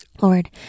Lord